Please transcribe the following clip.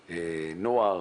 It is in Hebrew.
נוער,